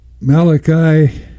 Malachi